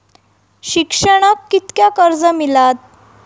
शिक्षणाक कीतक्या कर्ज मिलात?